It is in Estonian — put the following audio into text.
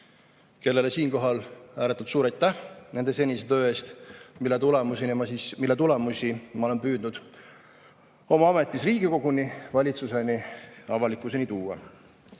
kellele siinkohal ääretult suur aitäh nende senise töö eest, mille tulemusi ma olen püüdnud oma ametis Riigikoguni, valitsuseni ja avalikkuseni